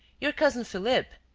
your cousin philippe.